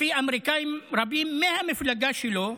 לפי אמריקאים רבים מהמפלגה שלו,